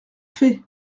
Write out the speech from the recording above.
fait